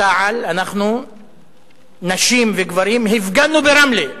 אנחנו בתע"ל, נשים וגברים, הפגנו ברמלה,